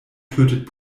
tötet